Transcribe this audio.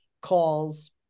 calls